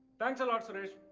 thanks a lot suresh.